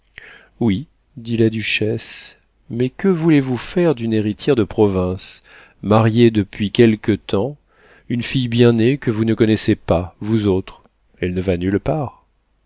oui dit la duchesse mais que voulez-vous faire d'une héritière de province mariée depuis quelque temps une fille bien née que vous ne connaissez pas vous autres elle ne va nulle part